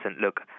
look